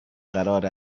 قرار